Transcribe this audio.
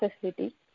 facility